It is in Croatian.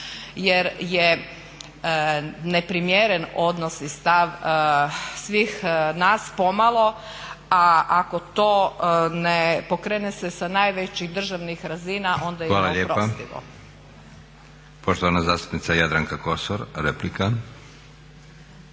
jer je neprimjeren odnos i stav svih nas pomalo, a ako to ne pokrene se sa najvećih državnih razina onda je to oprostivo. **Leko, Josip (SDP)** Hvala lijepa. Poštovana zastupnica Jadranka Kosor.